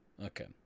Okay